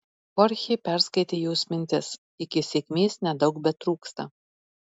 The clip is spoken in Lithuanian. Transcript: chorchė perskaitė jos mintis iki sėkmės nedaug betrūksta